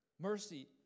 Mercy